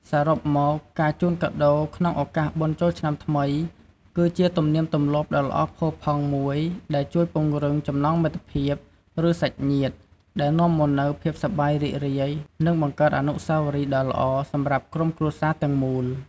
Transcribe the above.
សរុបមកការជូនកាដូរក្នុងឱកាសបុណ្យចូលឆ្នាំថ្មី គឺជាទំនៀមទម្លាប់ដ៏ល្អផូរផង់មួយ ដែលជួយពង្រឹងចំណងមិត្តភាព ឬសាច់ញាតិ ដែលនាំមកនូវភាពសប្បាយរីករាយ និងបង្កើតអនុស្សាវរីយ៍ដ៏ល្អសម្រាប់ក្រុមគ្រួសារទាំងមូល។